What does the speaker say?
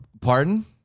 Pardon